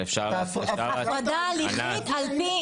הפרדה תהליכית על פי